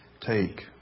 Take